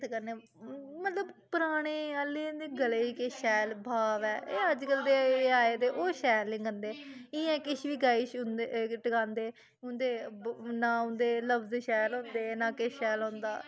ते कन्नै मतलब पराने आह्ले दे गलै ई किस शैल भाव ऐ एह् अज्जकल दे आए दे ओह् शैल नी गांदे इ'यां किश बी गाई शुंदे टकांदे उं'दे ना उं'दे लफ्ज शैल होंदे ना किश शैल होंदा